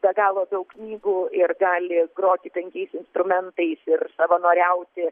be galo daug knygų ir gali groti penkiais instrumentais ir savanoriauti